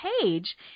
page